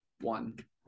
One